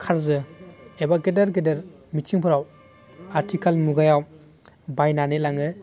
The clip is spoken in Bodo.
खारजो एबा गेदेर गेदेर मिटिंफोराव आथिखाल मुगायाव बायनानै लाङो